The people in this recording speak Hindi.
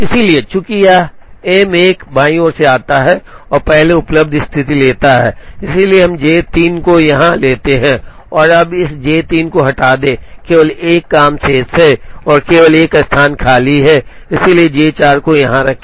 इसलिए चूंकि यह M 1 बाईं ओर से आता है और पहले उपलब्ध स्थिति लेता है इसलिए हम J 3 को यहां लेते हैं अब इस J 3 को हटा दें केवल 1 काम शेष है और केवल 1 स्थान खाली है इसलिए J 4 को यहां रखें